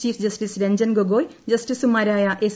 chief justice Ranjan Gogoi ജസ്റ്റിസുമാരായ S